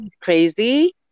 crazy